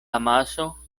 amaso